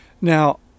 Now